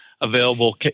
available